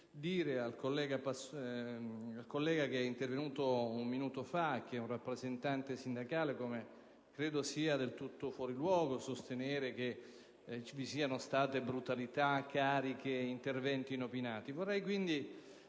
dire al collega Passoni, che è un rappresentante sindacale, che credo sia del tutto fuori luogo sostenere che vi siano state brutalità, cariche e interventi inopinati. Vorrei, quindi,